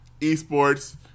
esports